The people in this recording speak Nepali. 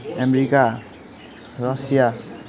America Russia